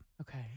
Okay